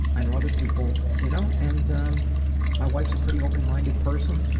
i know other people. you know and um my wife's a pretty open-minded person,